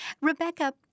Rebecca